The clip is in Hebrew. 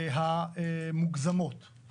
המוגזמות.